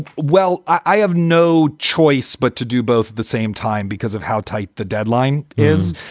well, i have no choice but to do both at the same time because of how tight the deadline is.